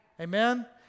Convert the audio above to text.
Amen